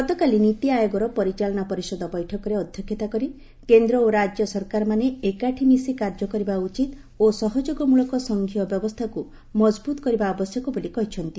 ଗତକାଲି ନିତି ଆୟୋଗର ପରିଚାଳନା ପରିଷଦ ବୈଠକରେ ଅଧ୍ୟକ୍ଷତା କରି କେନ୍ଦ୍ର ଓ ରାଜ୍ୟ ସରକାରମାନେ ଏକାଠି ମିଶି କାର୍ଯ୍ୟ କରିବା ଉଚିତ ଓ ସହଯୋଗମୂଳକ ସଂଘୀୟ ବ୍ୟବସ୍ଥାକୁ ମଜବୁତ କରିବା ଆବଶ୍ୟକ ବୋଲି କହିଛନ୍ତି